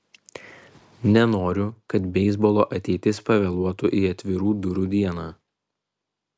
nenoriu kad beisbolo ateitis pavėluotų į atvirų durų dieną